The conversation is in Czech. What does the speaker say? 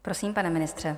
Prosím, pane ministře.